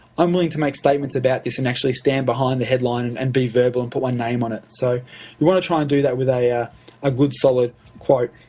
i'm willing to make statements about this and actually stand behind the headline and and be verbal and put my name on it o so you want to try and do that with yeah a good solid quote.